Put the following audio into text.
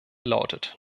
lautet